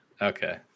okay